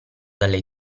dalle